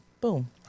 boom